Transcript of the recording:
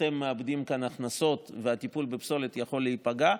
אתם מאבדים כאן הכנסות והטיפול בפסולת יכול להיפגע,